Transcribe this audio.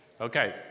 Okay